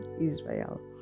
Israel